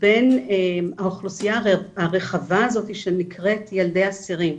בין האוכלוסייה הרחבה הזאת שנקראת ילדי אסירים,